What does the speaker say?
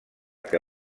que